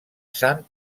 sant